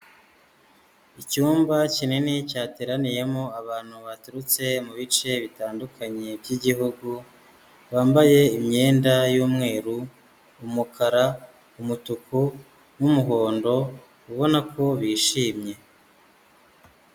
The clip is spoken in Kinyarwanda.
Icyumba kinini cyateraniyemo abantu baturutse mu bice bitandukanye by'igihugu, bambaye imyenda y'umweru, umukara, umutuku n'umuhondo ubona ko bishimye.